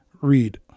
Read